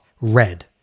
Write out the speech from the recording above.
red